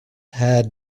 had